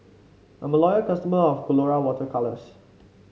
I'm loyal customer of Colora Water Colours